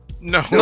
no